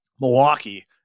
Milwaukee